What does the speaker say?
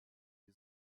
die